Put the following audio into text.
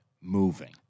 moving